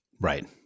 Right